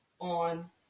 on